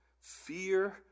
fear